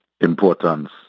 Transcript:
importance